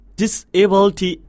disability